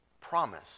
promise